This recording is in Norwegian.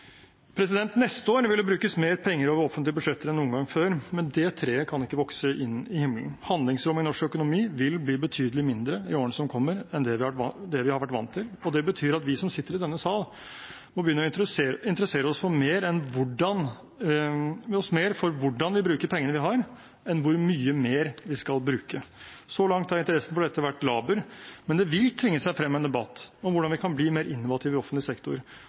Neste år vil det brukes mer penger over offentlige budsjetter enn noen gang før, men det treet kan ikke vokse inn i himmelen. Handlingsrommet i norsk økonomi vil bli betydelig mindre i årene som kommer, enn det vi har vært vant til, og det betyr at vi som sitter i denne sal, må begynne å interessere oss mer for hvordan vi bruker pengene vi har, enn hvor mye mer vi skal bruke. Så langt har interessen for dette vært laber, men det vil tvinge seg frem en debatt om hvordan vi kan bli mer innovative i offentlig sektor.